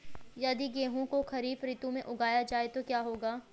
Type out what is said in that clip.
यदि गेहूँ को खरीफ ऋतु में उगाया जाए तो क्या होगा?